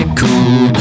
cool